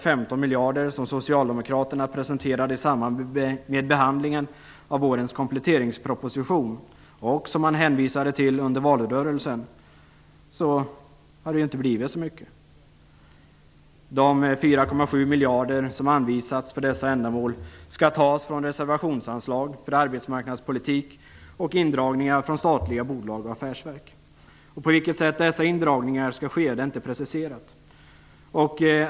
15 miljarder som Socialdemokraterna presenterade i samband med behandlingen av vårens kompletteringsproposition och som man hänvisade till under valrörelsen har det inte blivit så mycket. De 4,7 miljarder som anvisats för dessa ändamål skall tas från reservationsanslag för arbetsmarknadspolitik och indragningar från statliga bolag och affärsverk. På vilket sätt dessa indragningar skall ske är inte preciserat.